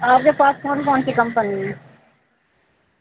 آپ کے پاس کون کون سی کمپنی ہے